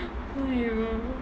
!aiyo!